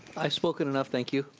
i've spoken enough, thank you.